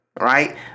right